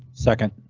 second.